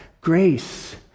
grace